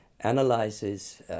analyzes